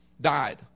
died